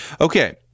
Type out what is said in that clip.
Okay